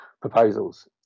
proposals